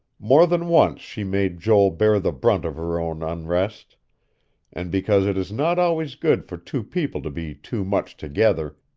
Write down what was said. more than once she made joel bear the brunt of her own unrest and because it is not always good for two people to be too much together,